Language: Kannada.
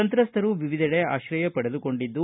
ಸಂತ್ರಸ್ತರು ವಿವಿಧೆಡೆ ಆಶ್ರಯ ಪಡೆದುಕೊಂಡಿದ್ದು